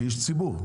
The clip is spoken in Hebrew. כאיש ציבור,